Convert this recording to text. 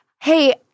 hey